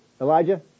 Elijah